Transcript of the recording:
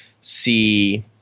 see